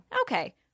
okay